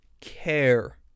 care